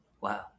Wow